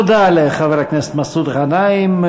תודה לחבר הכנסת מסעוד גנאים.